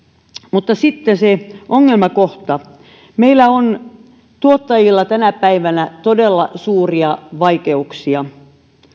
mutta sitten se ongelmakohta meillä on tuottajilla tänä päivänä todella suuria vaikeuksia